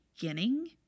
beginning